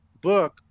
book